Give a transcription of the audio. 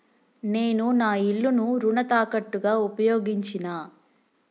నేను నా ఇల్లును రుణ తాకట్టుగా ఉపయోగించినా